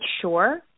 sure